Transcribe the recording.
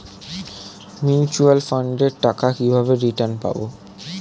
Mutual ফান্ডের টাকা কিভাবে রিটার্ন পাব?